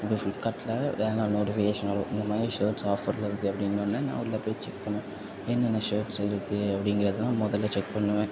இப்போ ஃப்ளிப்கார்ட்டில் வேணுன்னா நோட்டிஃபிகேஷன் வரும் இந்த மாரி ஷர்ட்ஸ் ஆஃபரில் இருக்கு அப்படின்னோன்னே நான் உள்ளே போய் செக் பண்ணேன் என்னென்ன ஷர்ட்ஸ் இருக்கு அப்படிங்கிறததான் நான் முதல்ல செக் பண்ணுவேன்